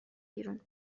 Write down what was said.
بیرون